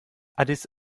addis